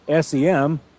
SEM